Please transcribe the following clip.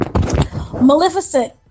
Maleficent